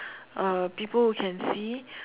uh people who can see